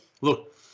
look